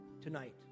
tonight